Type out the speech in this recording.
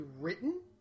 written